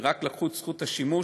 ורק לקחו את זכות השימוש,